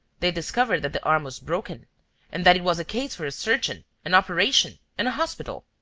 they discovered that the arm was broken and that it was a case for a surgeon, an operation and a hospital.